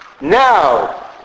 Now